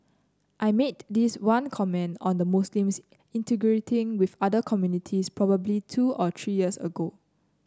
I made this one comment on the Muslims integrating with other communities probably two or three years ago